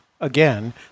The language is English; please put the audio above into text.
again